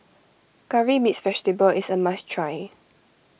Curry Mixed Vegetable is a must try